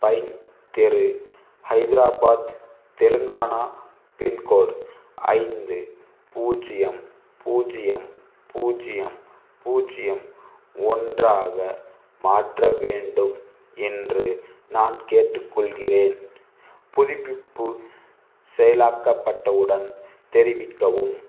pine தெரு Hyderabad Telangana pincode ஐந்து பூஜ்ஜியம் பூஜ்ஜியம் பூஜ்ஜியம் பூஜ்ஜியம் ஒன்றாக மாற்ற வேண்டும் என்று நான் கேட்டுக் கொள்கிறேன் புதுப்பிப்பு செயலாக்கப்பட்டவுடன் தெரிவிக்கவும்